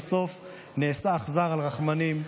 לסוף נעשה אכזר לרחמנים.